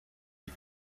des